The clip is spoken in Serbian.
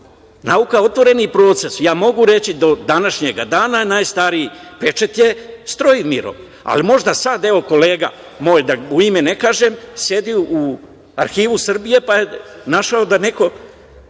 Nauka je otvoreni proces. Mogu reći do današnjeg dana, najstariji pečat kneza Stojimira, ali možda sad, evo sad kolega moj, da mu ime ne kažem, sedi u Arhivi Srbije, našao da neko